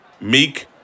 Meek